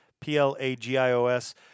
P-L-A-G-I-O-S